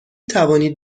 توانید